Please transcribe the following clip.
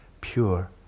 pure